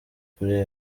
kuri